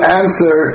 answer